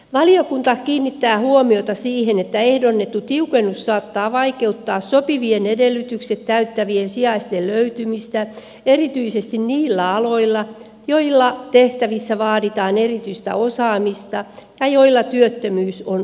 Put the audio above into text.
valiokunta kiinnittää huomiota siihen että ehdotettu tiukennus saattaa vaikeuttaa sopivien edellytykset täyttävien sijaisten löytymistä erityisesti niillä aloilla joilla tehtävissä vaaditaan erityistä osaamista ja joilla työttömyys on vähäistä